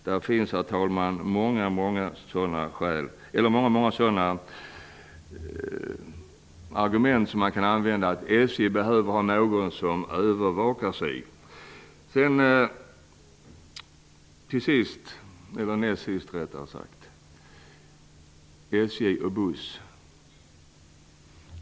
Det finns, herr talman, många sådana argument för att SJ behöver ha någon som övervakar sig.